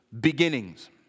Beginnings